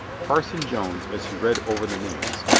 parson jones, as he read over the names,